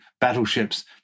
battleships